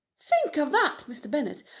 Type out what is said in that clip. think of that, mr. bennet!